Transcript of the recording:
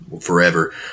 forever